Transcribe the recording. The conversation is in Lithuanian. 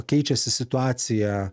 keičiasi situacija